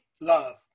Love